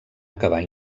acabar